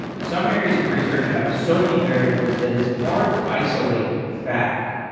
some areas of research have so many variables that it's hard to isolate fact.